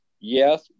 yes